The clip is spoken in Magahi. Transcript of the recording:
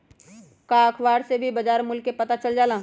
का अखबार से भी बजार मूल्य के पता चल जाला?